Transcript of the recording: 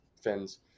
fins